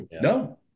no